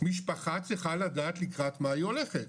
משפחה צריכה לדעת לקראת מה היא הולכת,